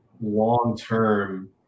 long-term